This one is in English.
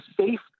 safe